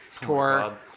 tour